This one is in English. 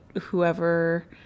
whoever